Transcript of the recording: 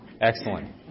Excellent